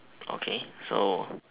okay so